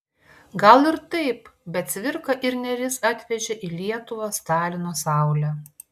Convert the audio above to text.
gal ir taip bet cvirka ir nėris atvežė į lietuvą stalino saulę